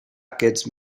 aquests